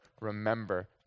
remember